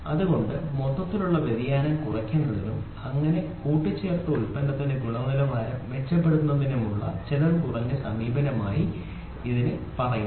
അതുകൊണ്ടാണ് മൊത്തത്തിലുള്ള വ്യതിയാനം കുറയ്ക്കുന്നതിനും അങ്ങനെ കൂട്ടിച്ചേർത്ത ഉൽപ്പന്നത്തിന്റെ ഗുണനിലവാരം മെച്ചപ്പെടുത്തുന്നതിനുമുള്ള ചെലവ് കുറഞ്ഞ സമീപനമായി ഇതിനെ പറയുന്നത്